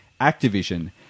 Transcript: Activision